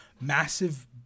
massive